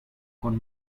con